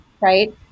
right